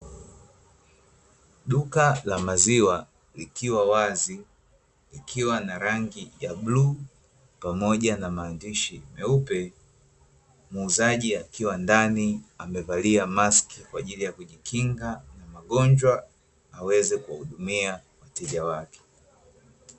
Duka la maziwa likiwa wazi ikiwa na rangi ya bluu pamoja na maandishi meupe, muuzaji akiwa ndani amevalia maksi kwaajili ya kujikinga na magonjwa aweze kuwahudumia wateja wake.